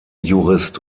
jurist